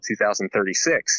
2036